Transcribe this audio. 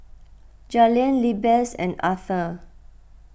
Jalen Lizbeth and Arther